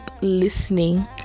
listening